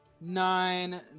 Nine